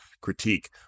critique